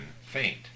faint